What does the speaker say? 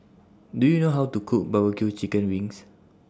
Do YOU know How to Cook Barbecue Chicken Wings